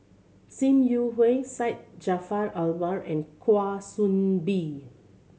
Sim Yi Hui Syed Jaafar Albar and Kwa Soon Bee